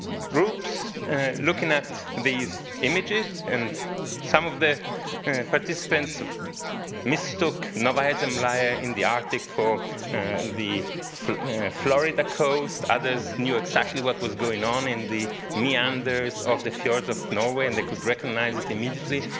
groups looking at these images. and some of the participants mistook novaya zemlya in the arctic for the florida coast, others knew exactly what was going on in the neanders of the fjords of norway, and they could recognize it immediately.